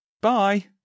Bye